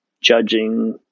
judging